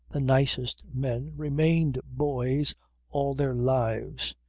the nicest men remained boys all their lives.